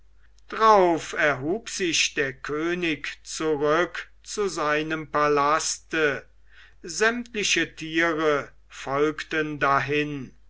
drauf erhub sich der könig zurück zu seinem palaste sämtliche tiere folgten dahin